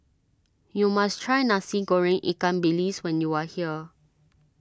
you must try Nasi Goreng Ikan Bilis when you are here